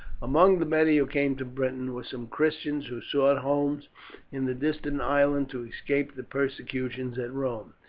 among the many who came to britain, were some christians who sought homes in the distant island to escape the persecutions at rome.